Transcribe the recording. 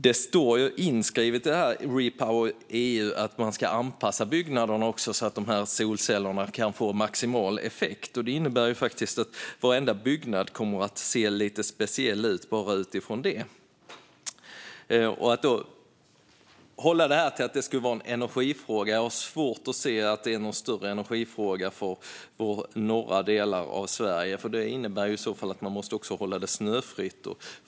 Det står inskrivet i REPowerEU att byggnaderna ska anpassas så att solcellerna kan få maximal effekt, vilket innebär att varenda byggnad kommer att se lite speciell ut. Man hävdar att detta skulle vara en energifråga, men jag har svårt att se att det är någon större energifråga i de norra delarna av Sverige. Det innebär nämligen att man i så fall måste hålla panelerna snöfria.